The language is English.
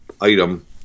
item